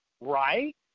right